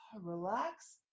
relax